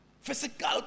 Physical